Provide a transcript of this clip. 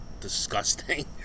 disgusting